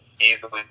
easily